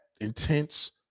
intense